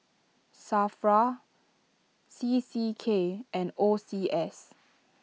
Safra C C K and O C S